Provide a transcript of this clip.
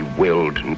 willed